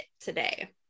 today